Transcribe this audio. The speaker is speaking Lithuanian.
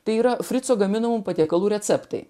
tai yra frico gaminamų patiekalų receptai